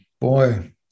Boy